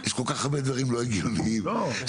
יש כל כך הרבה דברים לא הגיוניים שאתה